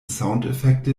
soundeffekte